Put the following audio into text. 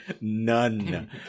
None